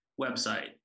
website